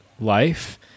life